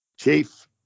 Chief